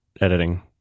editing